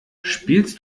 spielst